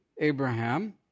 Abraham